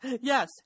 Yes